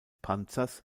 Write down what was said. panzers